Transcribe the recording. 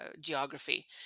geography